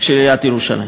של עיריית ירושלים.